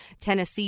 Tennessee